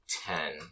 ten